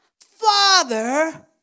Father